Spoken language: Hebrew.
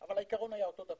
אבל העיקרון היה זהה